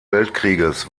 weltkrieges